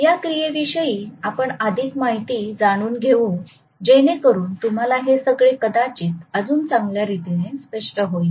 या क्रियेविषयी आपण अधिक माहिती जाणून घेऊ जेणे करून तुम्हाला हे सगळे कदाचित अजून चांगल्या रीतीने स्पष्ट होईल